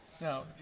Now